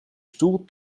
stoel